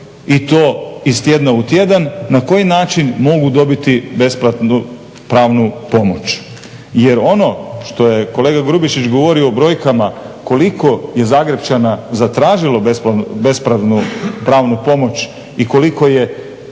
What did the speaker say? i to iz tjedna u tjedan na koji način mogu dobiti besplatnu pravnu pomoć. Jer ono što je kolega Grubišić govorio u brojkama koliko je Zagrepčana zatražilo besplatnu pravnu pomoć i koliko je